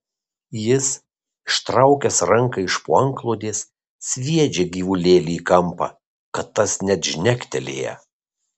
jis ištraukęs ranką iš po antklodės sviedžia gyvulėlį į kampą kad tas net žnektelėja